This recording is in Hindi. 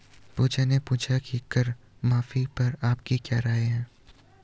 पूजा ने पूछा कि कर माफी पर आपकी क्या राय है?